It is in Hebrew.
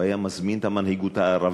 אם הוא היה מזמין את המנהיגות הערבית